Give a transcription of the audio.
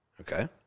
Okay